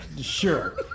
sure